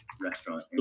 restaurant